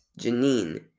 Janine